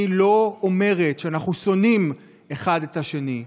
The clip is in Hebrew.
לא אומרת שאנחנו שונאים אחד את השני,